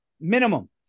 minimum